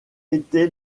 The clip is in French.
été